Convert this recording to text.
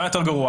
מה יותר גרוע,